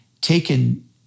taken